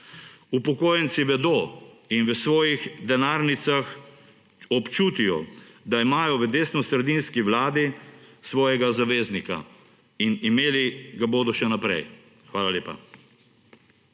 Upokojenci vedo in v svojih denarnicah občutijo, da imajo v desnosredinski vladi svojega zaveznika, in imeli ga bodo še naprej. Hvala lepa.